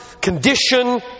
condition